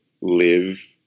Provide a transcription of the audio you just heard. live